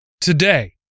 Today